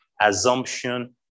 assumption